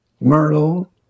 myrtle